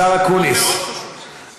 השר אקוניס,